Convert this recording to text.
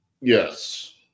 Yes